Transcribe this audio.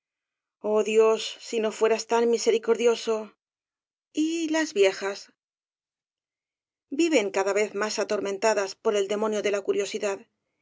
oh dios si no fueras tan misericordioso y las viejas viven cada vez más atormentadas por el demonio de la curiosidad